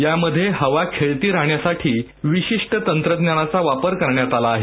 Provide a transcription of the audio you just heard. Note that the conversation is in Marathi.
यामध्ये हवा खेळती राहण्यासाठी विशिष्ट तंत्रज्ञानाचा वापर करण्यात आला आहे